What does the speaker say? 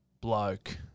bloke